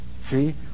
See